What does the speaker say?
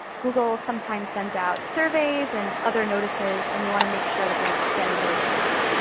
google sometimes sends out surveys and other notices and you want to make sure that you're getting those emails.